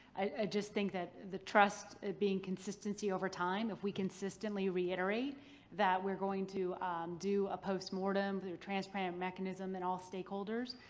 i just think that the trust ah being consistency over time, if we consistently reiterate that we're going to do a postmortem through a transparent mechanism in all stakeholders,